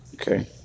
Okay